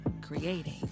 Creating